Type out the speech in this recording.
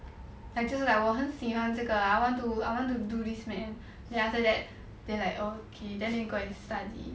I just like 我很喜欢这个 ah I want to I want to do this man then after that then like okay then need go and study